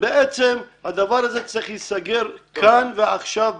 ובעצם הדבר הזה צריך להיסגר כאן ועכשיו,